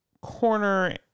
corner